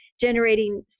generating